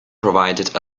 provided